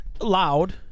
loud